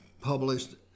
published